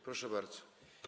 Proszę bardzo.